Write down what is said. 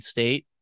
State